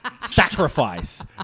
Sacrifice